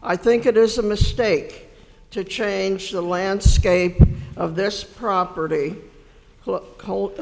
i think it is a mistake to change the landscape of this property cold